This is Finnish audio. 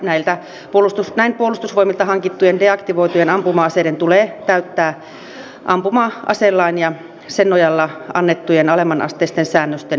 elikkä näin puolustusvoimilta hankittujen deaktivoitujen ampuma aseiden tulee täyttää ampuma aselain ja sen nojalla annettujen alemmanasteisten säännösten vaatimukset